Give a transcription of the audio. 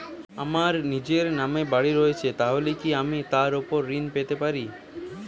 আমার নিজের নামে বাড়ী রয়েছে তাহলে কি আমি তার ওপর ঋণ পেতে পারি?